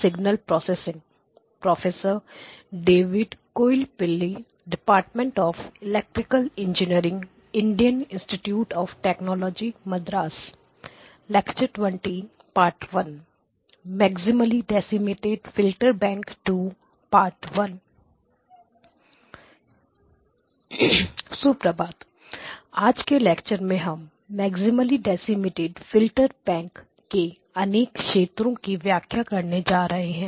सुप्रभात आज के लेक्चर में हम maximally decimated filter bank के अनेक क्षेत्रों की व्याख्या करने जा रहे हैं